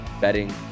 betting